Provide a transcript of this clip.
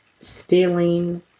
stealing